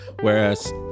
Whereas